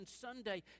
Sunday